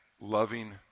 loving